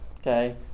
okay